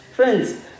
Friends